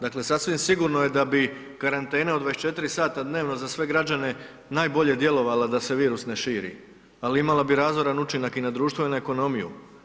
Dakle, sasvim sigurno je da bi karantena od 24 sata dnevno za sve građane najbolje djelovala da se virus ne širi, ali imala bi razoran učinak i na društvo i na ekonomiju.